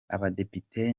abadepite